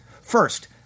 First